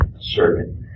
servant